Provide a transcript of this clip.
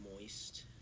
moist